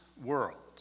world